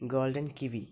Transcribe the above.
golden کی وی